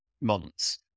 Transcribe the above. months